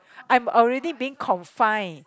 I'm already being confined